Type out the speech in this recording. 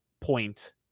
point